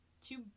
Two